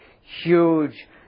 huge